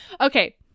Okay